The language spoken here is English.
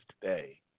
today